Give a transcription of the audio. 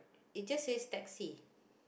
it just says taxi